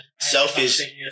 Selfish